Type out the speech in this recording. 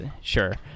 sure